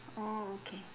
orh okay